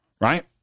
Right